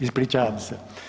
Ispričavam se.